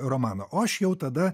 romaną o aš jau tada